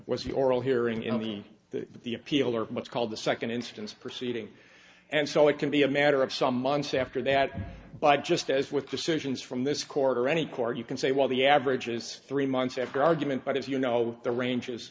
was the oral hearing in the the appeal or what's called the second instance proceeding and so it can be a matter of some months after that but just as with decisions from this court or any court you can say well the average is three months after argument but if you know the range